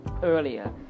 earlier